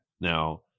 Now